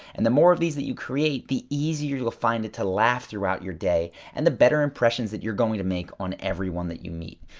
and the more of these that you create, the easier to find it to laugh throughout your day and the better impressions that you're going to make on everyone that you meet.